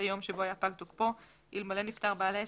היום שבו היה פג תוקפו אלמלא נפטר בעל העסק,